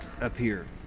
appear